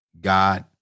God